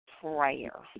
Prayer